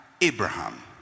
Abraham